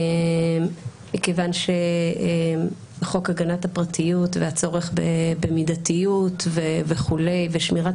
מכיוון שחוק הגנת הפרטיות והצורך במידתיות ושמירת